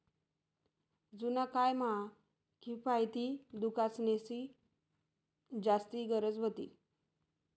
जुना काय म्हा किफायती दुकानेंसनी जास्ती गरज व्हती